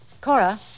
Cora